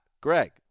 Greg